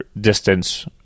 distance